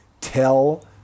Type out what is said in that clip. tell